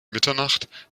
mitternacht